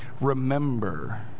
remember